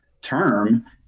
term